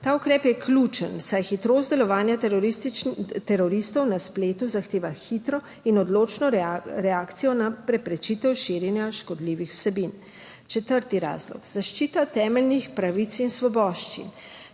Ta ukrep je ključen, saj hitrost delovanja teroristov na spletu zahteva hitro in odločno reakcijo na preprečitev širjenja škodljivih vsebin. Četrti razlog, zaščita temeljnih pravic in svoboščin.